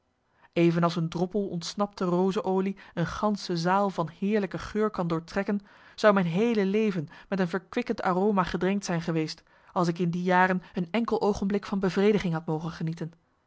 evenals een droppel ontsnapte rozeolie een gansche zaal van heerlijke geur kan doortrekken zou mijn heele leven met een verkwikkend aroma gedrenkt zijn geweest als ik in die jaren een enkel oogenblik van bevrediging had mogen genieten